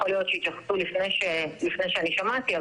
יכול להיות שהתייחסו לפני שאני שמעתי,